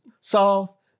soft